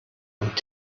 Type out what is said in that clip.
und